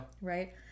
right